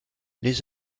les